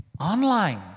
Online